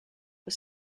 was